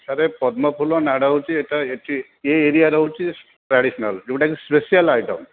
sir ଏ ପଦ୍ମ ଫୁଲ ନାଡ଼ ହେଉଛି ଏଇଟା ଏଇଠି ଏ ଏରିଆରେ ହେଉଛି ଟ୍ରାଡ଼ିସନାଲ୍ ଯେଉଁଟାକି ସ୍ପେସିଆଲ୍ ଆଇଟମ୍